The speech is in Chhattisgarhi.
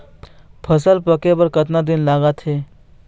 फसल पक्के बर कतना दिन लागत हे?